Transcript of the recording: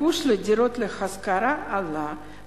הביקוש לדירות להשכרה עלה,